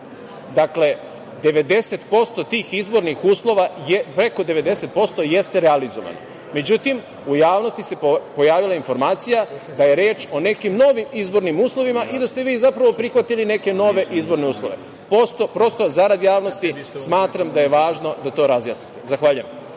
Dakle, 90% tih izbornih uslova je, preko 90% jeste realizovano.Međutim, u javnosti se pojavila informacija da je reč o nekim novim izbornim uslovima i da ste vi, zapravo, prihvatili neke nove izborne uslove. Prosto zarad javnosti, smatram da je važno da to razjasnimo. Zahvaljujem.